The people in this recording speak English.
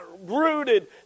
rooted